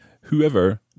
whoever